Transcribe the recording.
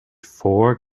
four